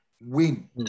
win